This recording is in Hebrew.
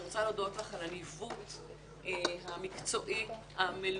אני רוצה להודות לך על הניווט המקצועי המלומד.